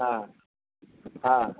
हाँ हाँ